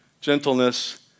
gentleness